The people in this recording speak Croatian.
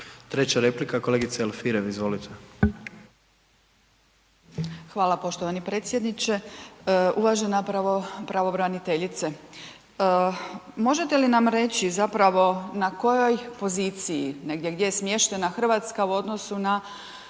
Treća replika, kolegica Alfirev, izvolite. **Alfirev, Marija (SDP)** Hvala poštovani predsjedniče. Uvažena pravobraniteljice, možete li nam reći zapravo na kojoj poziciji, negdje gdje je smještena Hrvatska u odnosu na